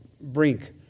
brink